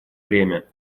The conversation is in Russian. время